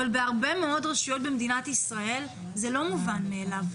אבל בהרבה מאוד רשויות במדינת ישראל זה לא מובן מאליו.